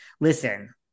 Listen